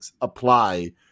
apply